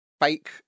fake